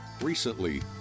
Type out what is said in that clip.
Recently